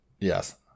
Yes